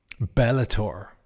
Bellator